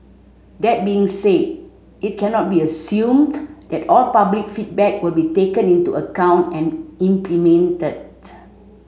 that being said it cannot be assumed that all public feedback will be taken into account and implemented